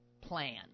plan